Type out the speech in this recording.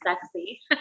sexy